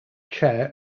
chair